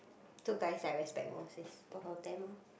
two guys I respect most is both of them lor